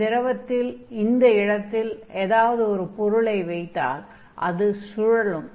இந்த திரவத்தில் இந்த இடத்தில் ஏதாவது ஒரு பொருளை வைத்தால் அது சுழலும்